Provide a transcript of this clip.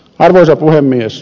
arvoisa puhemies